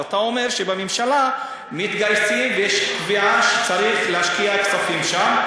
אז אתה אומר שבממשלה מתגייסים ויש קביעה שצריך להשקיע כספים שם.